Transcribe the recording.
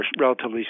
relatively